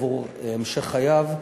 עבור המשך חייו,